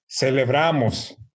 celebramos